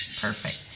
perfect